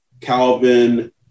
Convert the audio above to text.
Calvin